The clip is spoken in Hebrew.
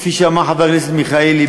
כפי שאמר חבר הכנסת מיכאלי,